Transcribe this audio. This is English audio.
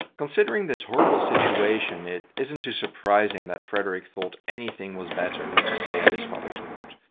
considering this horrible situation it isn't too surprising that frederick thought anything was better but to stay at his father's court.